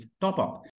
top-up